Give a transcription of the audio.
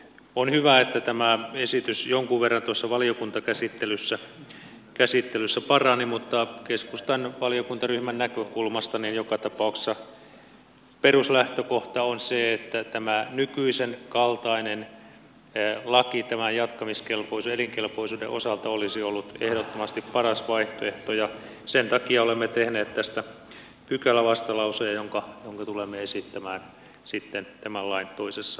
on hyvä että tämä esitys jonkun verran tuossa valiokuntakäsittelyssä parani mutta keskustan valiokuntaryhmän näkökulmasta joka tapauksessa peruslähtökohta on se että tämä nykyisen kaltainen laki tämän jatkamiskelpoisuuden elinkelpoisuuden osalta olisi ollut ehdottomasti paras vaihtoehto ja sen takia olemme tehneet tästä pykälävastalauseen jonka tulemme esittämään sitten tämän lain toisessa käsittelyssä